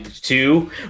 two